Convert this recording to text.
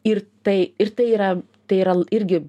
ir tai ir tai yra tai yra irgi